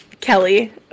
Kelly